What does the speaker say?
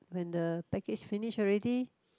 when the package finish already